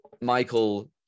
Michael